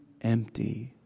empty